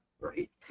right